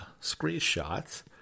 screenshots